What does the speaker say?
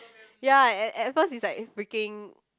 ya at at first it's like freaking